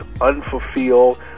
Unfulfilled